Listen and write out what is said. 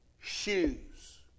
shoes